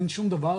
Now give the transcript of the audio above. אין שום דבר,